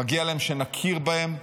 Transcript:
מגיע להם שנכיר בהם,